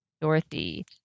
Dorothy